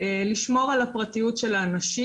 לשמור על הפרטיות של האנשים,